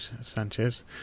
Sanchez